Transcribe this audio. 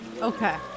Okay